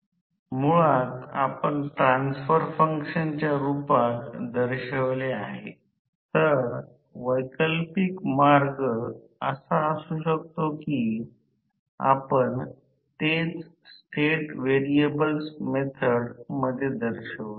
म्हणून येथे हेच म्हणावे की रोटर च्या संदर्भात त्याच दिशेने असलेल्या रोटर क्षेत्राची एकूण वेग स्टेटर वरून वाढत जाईल